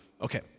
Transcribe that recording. Okay